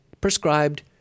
prescribed